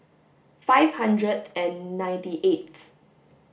five hundred and ninety eighth